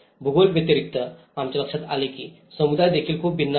भूगोल व्यतिरिक्त आमच्या लक्षात आले की समुदाय देखील खूप भिन्न आहे